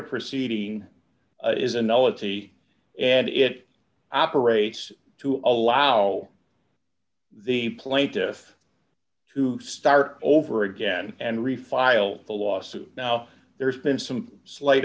proceeding is an elegy and it operates to allow the plaintiff to start over again and refile the lawsuit now there's been some slight